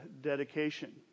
dedication